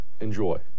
Enjoy